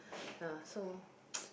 ya so